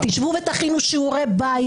תשבו, תכינו שיעורי בית.